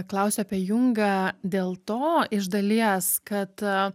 klausiu apie jungą dėl to iš dalies kad